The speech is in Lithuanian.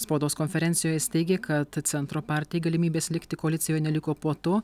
spaudos konferencijoje jis teigė kad centro partijai galimybės likti koalicijoje neliko po to